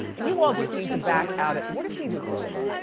you all just need to back out. what does he do for a living?